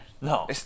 no